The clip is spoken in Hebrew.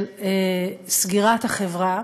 של סגירת החברה.